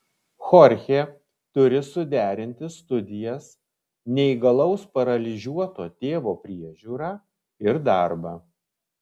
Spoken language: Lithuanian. chorchė turi suderinti studijas neįgalaus paralyžiuoto tėvo priežiūrą ir darbą